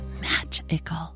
magical